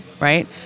right